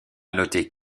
noter